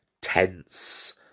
tense